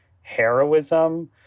heroism